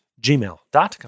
gmail.com